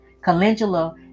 calendula